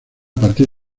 partir